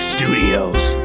Studios